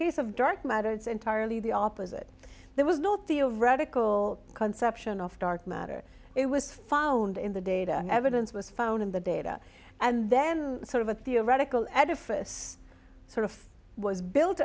case of dark matter it's entirely the opposite there was no theoretical conception of dark matter it was found in the data and evidence was found in the data and then sort of a theoretical edifice sort of was built